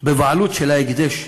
בבעלות של ההקדש.